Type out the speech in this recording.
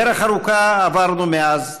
דרך ארוכה עברנו מאז,